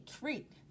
treat